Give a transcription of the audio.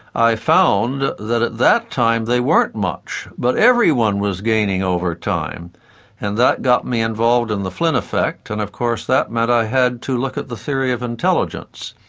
i found that at that time they weren't much but everyone was gaining over time and that got me involved in the flynn effect. and then of course that meant i had to look at the theory of intelligence,